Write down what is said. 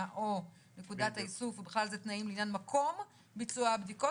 או נקודת איסוף ובכלל זה תנאים לעניין מקום ביצוע הבדיקות